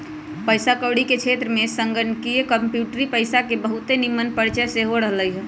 पइसा कौरी के क्षेत्र में संगणकीय कंप्यूटरी पइसा के बहुते निम्मन परिचय सेहो रहलइ ह